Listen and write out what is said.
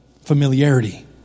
familiarity